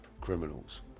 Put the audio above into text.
criminals